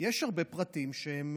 יש הרבה פרטים שהם